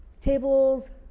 tables